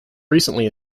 recently